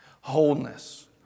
wholeness